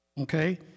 Okay